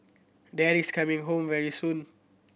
Daddy's coming home very soon